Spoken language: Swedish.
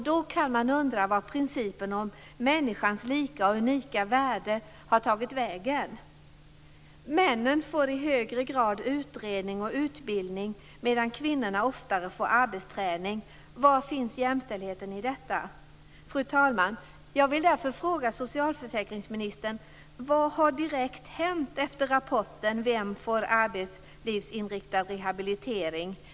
Då kan man undra var principen om människans lika och unika värde tagit vägen. Männen ges i högre grad utredning och utbildning medan kvinnorna oftare ges arbetsträning. Var finns jämställdheten i detta? Fru talman! Jag vill därför fråga socialförsäkringsministern vad som direkt har hänt efter det att rapporten Vem får arbetslivsinriktad rehabilitering lades fram?